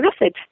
message